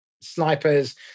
snipers